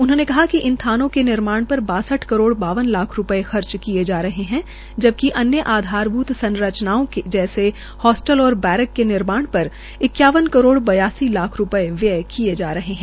उन्होंने कहा कि इन थानों के निर्माण पर बासठ करोड़ बावन लाख रूपये खर्च किये जा रहे है जबकि अन्य आधारभूत संरचनाओं जैसी होस्टल और बैरक के निर्माण पर इक्यावन करोड़ ब्यासी लाख रूपये व्यय किए जा रहे है